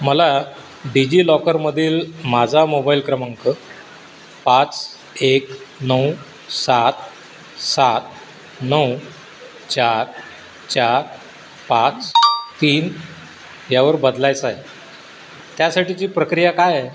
मला डिजिलॉकरमधील माझा मोबाईल क्रमांक पाच एक नऊ सात सात नऊ चार चार पाच तीन यावर बदलायचा आहे त्यासाठीची प्रक्रिया काय आहे